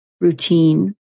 routine